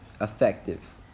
effective